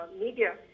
media